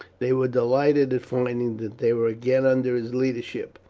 they were delighted at finding that they were again under his leadership.